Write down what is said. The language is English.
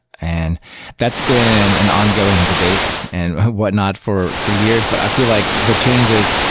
and that's been an ongoing debate and whatnot for for years. but i feel like the changes,